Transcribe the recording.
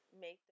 make